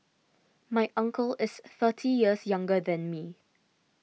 my uncle is thirty years younger than me